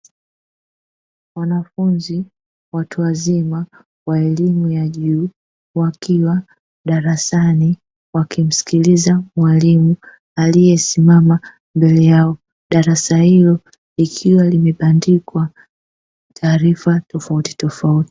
Wanafunzi, watu wazima wa elimu ya juu wakiwa darasani wakimsikiliza mwalimu aliyesimama mbele yao, darasa hilo likiwa limebandikwa taarifa tofautitofauti.